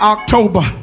October